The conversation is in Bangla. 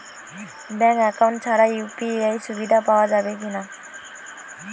ব্যাঙ্ক অ্যাকাউন্ট ছাড়া ইউ.পি.আই সুবিধা পাওয়া যাবে কি না?